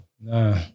No